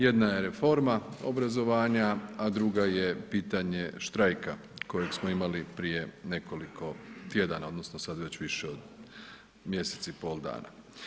Jedna je reforma obrazovanja, a druga je pitanje štrajka kojeg smo imali prije nekoliko tjedana, odnosno sad već više od mjesec i pol dana.